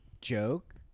joke